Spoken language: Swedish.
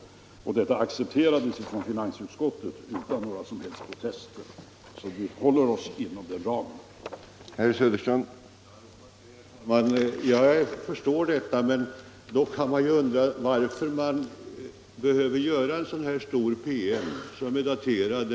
Detta accepterades av finansutskottet utan några som helst protester. Vi håller oss alltså inom den givna ramen.